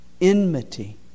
enmity